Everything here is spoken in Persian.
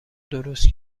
درست